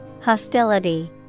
Hostility